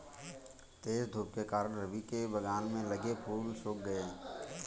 तेज धूप के कारण, रवि के बगान में लगे फूल सुख गए